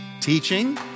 teaching